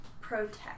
Protect